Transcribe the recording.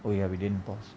oh ya we didn't pause